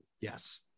Yes